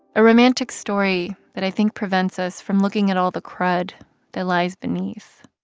a romantic story that, i think, prevents us from looking at all the crud that lies beneath